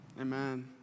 Amen